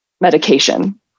medication